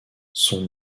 son